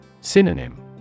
Synonym